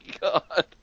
God